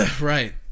Right